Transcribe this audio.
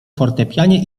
fortepianie